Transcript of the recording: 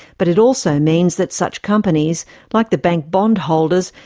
but it also means that such companies like the bank bondholders,